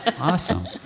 Awesome